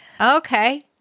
Okay